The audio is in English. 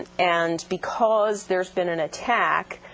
and and because there's been an attack,